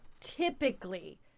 typically